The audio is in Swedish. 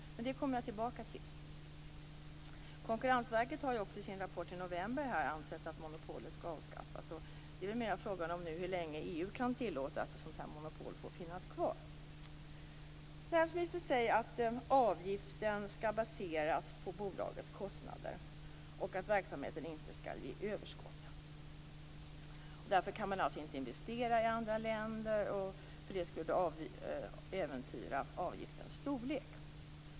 Men det kommer jag tillbaka till. Konkurrensverket anser också enligt sin rapport i november att monopolet skall avskaffas. Det är väl nu mer fråga om hur länge EU kan tillåta att ett sådant här monopol får finnas kvar. Näringsministern säger att avgiften skall baseras på bolagets kostnader och att verksamheten inte skall ge överskott. Därför kan man alltså inte investera i andra länder, eftersom det skulle äventyra avgiftens storlek.